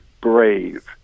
brave